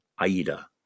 Aida